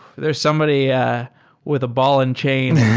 there's somebody ah with a ball and chain